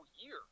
year